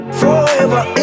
forever